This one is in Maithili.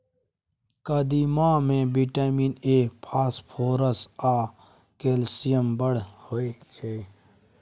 कदीमा मे बिटामिन ए, फास्फोरस आ कैल्शियम बड़ होइ छै